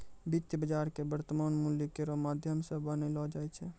वित्तीय बाजार क वर्तमान मूल्य केरो माध्यम सें बनैलो जाय छै